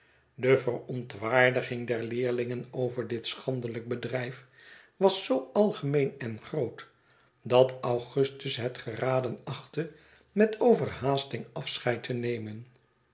de verontwaardiging der leerlingen over dit schandelijk bedrijf was zoo algemeen en groot dat augustus het geraden achtte met overhaasting afscheid te nemen